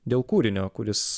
dėl kūrinio kuris